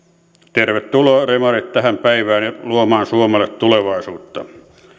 tervetuloa demarit tähän päivään ja luomaan suomelle tulevaisuutta